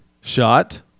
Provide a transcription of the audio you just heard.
shot